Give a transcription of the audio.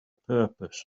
purpose